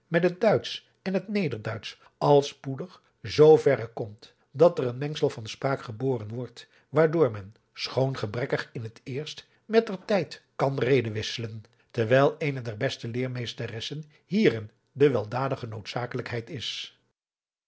met het duitsch en het nederduitsch al spoedig zooverre komt dat er een mengsel van spraak geboren wordt waardoor men schoon gebrekkig in het eerst met ter tijd kan redewisselen terwijl eene der beste leermeesteressen hierin de weldadige noodzakelijkheid is